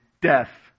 death